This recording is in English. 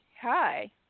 Hi